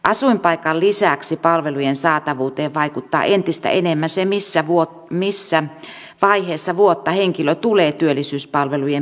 asuinpaikan lisäksi palvelujen saatavuuteen vaikuttaa entistä enemmän se missä vaiheessa vuotta henkilö tulee työllisyyspalvelujen piiriin